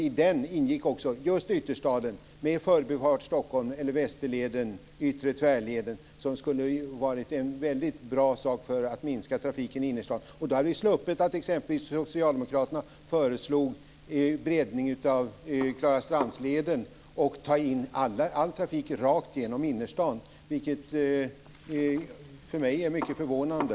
I denna överenskommelse ingick också ytterstaden med Förbifart Stockholm eller Västerleden, Yttre tvärleden, något som skulle ha varit väldigt bra för att minska trafiken i innerstaden. Då hade vi sluppit se socialdemokraterna föreslå en breddning av Klarastrandsleden och ta in all trafik rakt genom innerstaden, vilket för mig var mycket förvånande.